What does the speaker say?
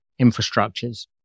infrastructures